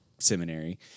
seminary